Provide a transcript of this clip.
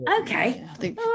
Okay